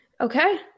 Okay